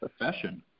profession